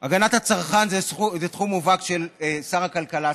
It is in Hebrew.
הגנת הצרכן זה תחום מובהק של שר הכלכלה.